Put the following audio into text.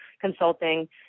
consulting